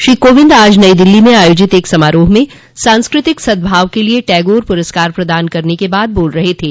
श्री कोविंद आज नई दिल्ली में आयोजित एक समारोह में सांस्कतिक सद्भाव के लिए टैगोर पुरस्कार प्रदान करने के बाद बोल रहे थे